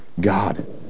God